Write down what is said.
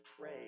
pray